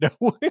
No